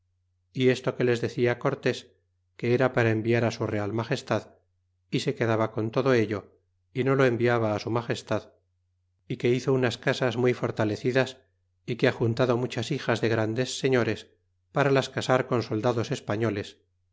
y esto que les decia cortés que era para enviar su real magestad y se quedaba con todo ello y no lo enviaba su magestad y que hizo unas casas muy fortalecidas y que ha juntado mu chas hijas de grandes señores para las casar con soldados españoles